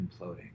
imploding